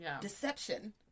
deception